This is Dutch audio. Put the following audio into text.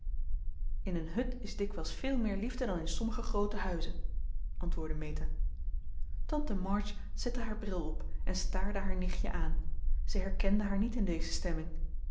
in een hut is dikwijls veel meer liefde dan in sommige groote huizen antwoordde meta tante march zette haar bril op en staarde haar nichtje aan ze herkende haar niet in deze stemming